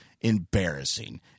embarrassing